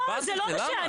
לא, זה לא בגלל זה.